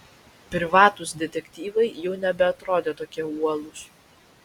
privatūs detektyvai jau nebeatrodė tokie uolūs